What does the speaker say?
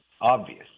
obvious